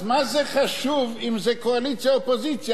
אז מה זה חשוב אם זה קואליציה או אופוזיציה?